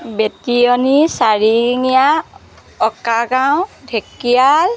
বেতিয়নী চাৰিঙীয়া অকা গাঁও ঢেকিয়াল